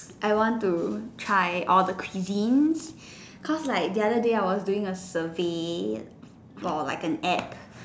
I want to try all the cuisines cause like the other day I was doing a survey for like an ad